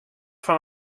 fan